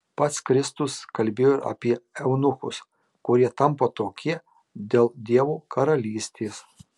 pats kristus kalbėjo ir apie eunuchus kurie tampa tokie dėl dievo karalystės